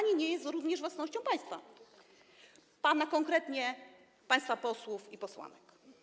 Nie są również własnością państwa - pana konkretnie, państwa posłów i posłanek.